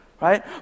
right